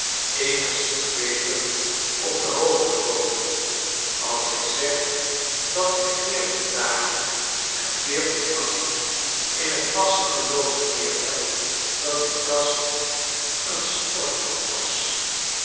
eenigszins beter op de hoogte komen als ik zeg dat ik veertien dagen en veertien nachten in t vaste geloof verkeerd heb datdiekasteen stortbad was